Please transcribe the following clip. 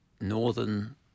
Northern